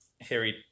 Harry